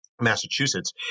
Massachusetts